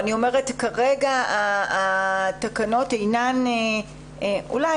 אני יודעת שכבר הצבעת, אבל בכל זאת.